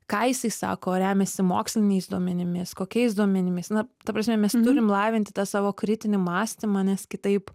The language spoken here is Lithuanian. ką jisai sako remiasi moksliniais duomenimis kokiais duomenimis na ta prasme mes turim lavinti tą savo kritinį mąstymą nes kitaip